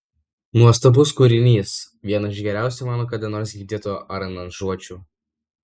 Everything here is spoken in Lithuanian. nuostabus kūrinys viena iš geriausių mano kada nors girdėtų aranžuočių